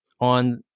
on